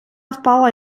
впала